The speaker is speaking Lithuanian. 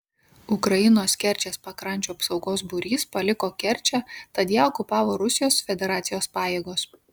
ukrainos kerčės pakrančių apsaugos būrys paliko kerčę tad ją okupavo rusijos federacijos pajėgos